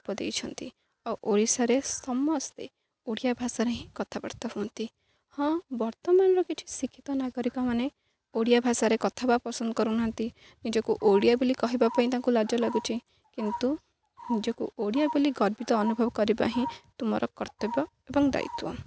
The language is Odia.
ରୂପ ଦେଇଛନ୍ତି ଆଉ ଓଡ଼ିଶାରେ ସମସ୍ତେ ଓଡ଼ିଆ ଭାଷାରେ ହିଁ କଥାବାର୍ତ୍ତା ହୁଅନ୍ତି ହଁ ବର୍ତ୍ତମାନର କିଛି ଶିକ୍ଷିତ ନାଗରିକ ମାନେ ଓଡ଼ିଆ ଭାଷାରେ କଥାହବା ପସନ୍ଦ କରୁନାହାନ୍ତି ନିଜକୁ ଓଡ଼ିଆ ବୋଲି କହିବା ପାଇଁ ତାଙ୍କୁ ଲାଜ ଲାଗୁଛି କିନ୍ତୁ ନିଜକୁ ଓଡ଼ିଆ ବୋଲି ଗର୍ବିତ ଅନୁଭବ କରିବା ହିଁ ତୁମର କର୍ତ୍ତବ୍ୟ ଏବଂ ଦାୟିତ୍ୱ